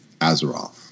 Azeroth